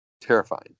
terrifying